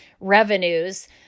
revenues